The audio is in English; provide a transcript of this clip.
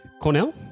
Cornell